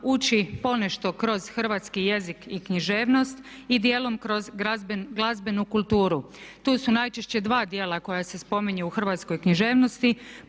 uči ponešto kroz hrvatski jezik i književnost i dijelom kroz glazbenu kulturu. Tu su najčešće dva dijela koja se spominju u hrvatskoj književnosti